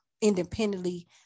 independently